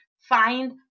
find